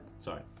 Sorry